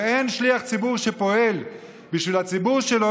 ואין שליח ציבור שפועל בשביל הציבור שלו